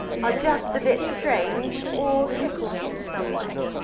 ah just a bit strange, or tickle me in some way.